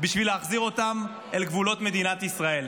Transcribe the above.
כדי להחזיר אותם אל גבולות מדינת ישראל.